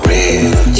Real